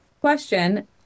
Question